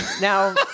Now